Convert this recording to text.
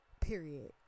period